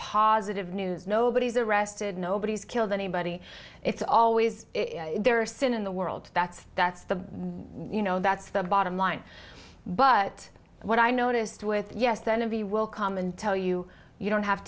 positive news nobody's arrested nobody's killed anybody it's always there or sin in the world that's that's the you know that's the bottom line but what i noticed with yes then of the will come and tell you you don't have